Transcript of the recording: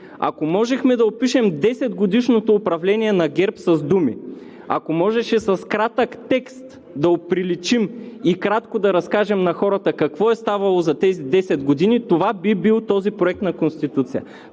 Ако можехме да опишем десетгодишното управление на ГЕРБ с думи, ако можеше с кратък текст да оприличим и кратко да разкажем на хората какво е ставало за тези десет години, това би бил този проект на Конституция.